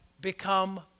become